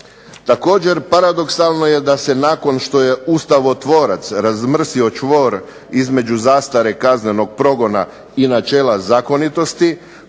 Također, paradoksalno je da se nakon što je ustavotvorac razmrsio čvor između zastare kaznenog progona i načela zakonitosti